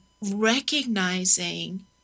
recognizing